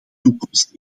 toekomst